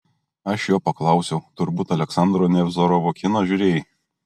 aš jo paklausiau turbūt aleksandro nevzorovo kiną žiūrėjai